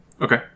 Okay